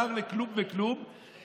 שר לכלום וכלום,